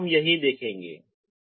इसलिए हम यही देखेंगे